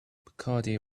bacardi